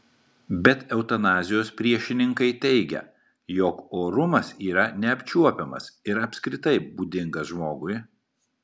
bet eutanazijos priešininkai teigia jog orumas yra neapčiuopiamas ir apskritai būdingas žmogui